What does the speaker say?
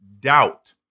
doubt